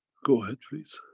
go ahead please.